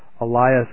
Elias